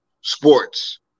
sports